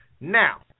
Now